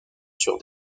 sur